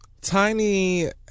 Tiny